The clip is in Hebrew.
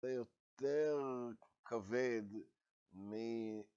זה יותר כבד מ...